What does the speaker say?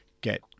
get